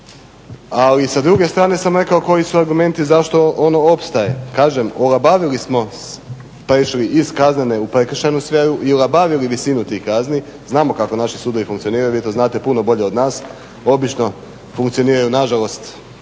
ali sa druge strane sam rekao koji su argumenti zašto on opstaje. Kažem, olabavili smo prešli iz kaznene u prekršajnu sferu i olabavili visinu tih kazni. Znamo kako naši sudovi funkcioniraju, vi to znate puno bolje od nas, obično funkcioniraju nažalost